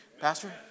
Pastor